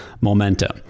momentum